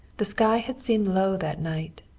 the sky had seemed low that night.